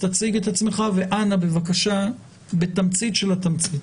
תציג את עצמך ואנא, בבקשה, בתמצית של התמצית.